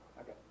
Okay